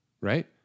right